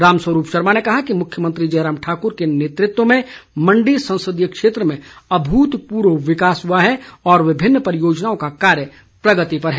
रामस्वरूप शर्मा ने कहा कि मुख्यमंत्री जयराम ठाक्र के नेतृत्व में मंडी संसदीय क्षेत्र में अभूतपूर्व विकास हुआ है और विभिन्न परियोजनाओं का कार्य प्रगति पर है